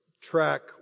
track